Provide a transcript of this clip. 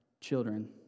children